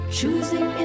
Choosing